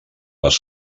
les